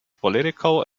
political